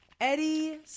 Eddie